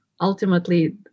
ultimately